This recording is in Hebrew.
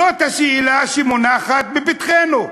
זאת השאלה שמונחת לפתחנו.